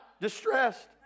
distressed